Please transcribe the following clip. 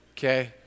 Okay